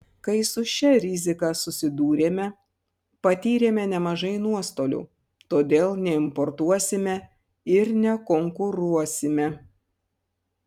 kai su šia rizika susidūrėme patyrėme nemažai nuostolių todėl neimportuosime ir nekonkuruosime